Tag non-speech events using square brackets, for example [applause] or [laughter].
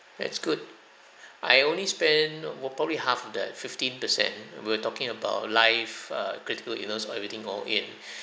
that's good [breath] I only spend well probably half of that fifteen percent we're talking about life err critical illness all everything all in [breath]